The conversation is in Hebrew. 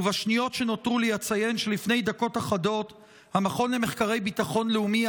ובשניות שנותרו לי אציין שלפני דקות אחדות המכון למחקרי ביטחון לאומי,